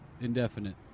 indefinite